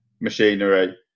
machinery